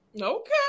Okay